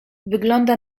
wygląda